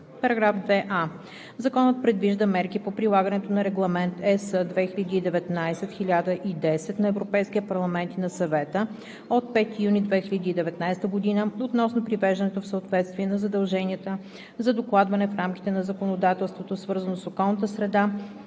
§ 2а: „§ 2а. Законът предвижда мерки по прилагането на Регламент (ЕС) 2019/1010 на Европейския парламент и на Съвета от 5 юни 2019 година относно привеждането в съответствие на задълженията за докладване в рамките на законодателството, свързано с околната среда,